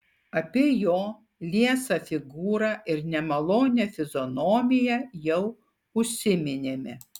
apie jo liesą figūrą ir nemalonią fizionomiją jau užsiminėme